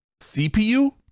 CPU